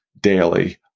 daily